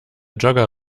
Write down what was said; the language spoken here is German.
jogger